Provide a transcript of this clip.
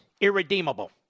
irredeemable